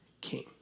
king